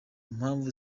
mpamvu